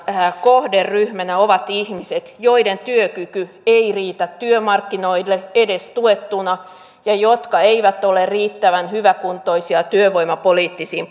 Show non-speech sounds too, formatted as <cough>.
kohderyhmänä ovat ihmiset joiden työkyky ei riitä työmarkkinoille edes tuettuna ja jotka eivät ole riittävän hyväkuntoisia työvoimapoliittisiin <unintelligible>